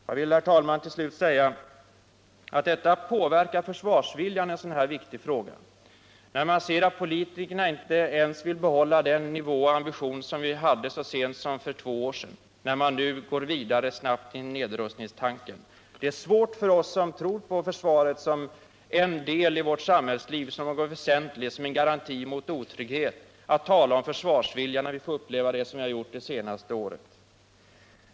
Jag vill, herr talman, till slut säga att det påverkar försvarsviljan i en sådan här viktig fråga när man ser att politikerna inte vill behålla ens den nivå och ambition som vi hade så sent som för två år sedan utan snabbt går vidare med nedrustningstanken. Det är svårt för oss som tror på försvaret som en väsentlig del av vårt samhällsliv, som en garanti mot otrygghet, att tala om försvarsvilja när vi får uppleva det som har hänt det senaste året.